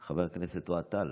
חבר הכנסת אוהד טל,